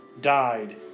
died